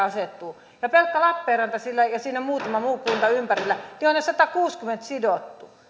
asettuvat pelkkä lappeenranta ja siinä muutama muu kunta ympärillä minne satakuusikymmentä on sidottu